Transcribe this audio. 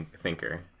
thinker